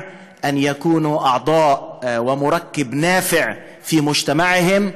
אני מאחל לכולם שיהיו חברים מועילים בחברה שלהם.